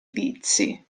vizi